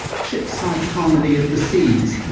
ships like harmony of the seas,